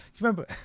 remember